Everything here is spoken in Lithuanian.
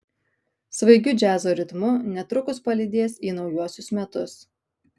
svaigiu džiazo ritmu netrukus palydės į naujuosius metus